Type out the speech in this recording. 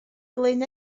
glyn